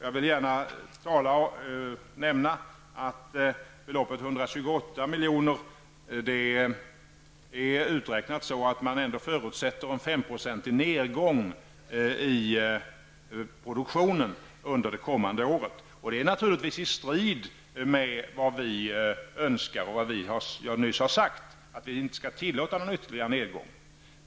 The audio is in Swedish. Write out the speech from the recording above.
Jag vill gärna nämna att beloppet 128 milj.kr. är uträknat så att man ändå förutsätter en 5-procentig nedgång i produktionen under det kommande året. Det är naturligtvis i strid med vad vi önskar och med vad jag nyss har sagt om att vi inte skall tillåta någon ytterligare nedgång.